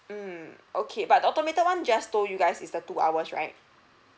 hmm okay but automated one just told you guys it's the two hours right